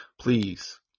Please